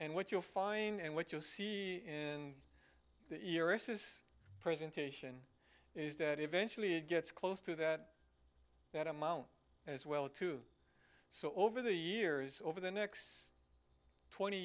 and what you'll find and what you'll see in the presentation is that eventually it gets close to that that amount as well so over the years over the next twenty